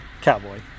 Cowboy